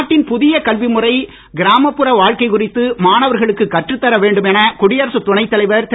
நாட்டின் புதிய கல்வி முறை கிராமப்புறு வாழ்க்கை குறித்து மாணவர்களுக்கு கற்றுத் தர வேண்டும் என குடியரசுத் துணைத் தலைவர் திரு